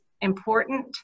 important